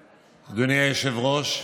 היושב-ראש,